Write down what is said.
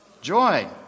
joy